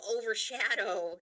overshadow